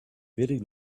very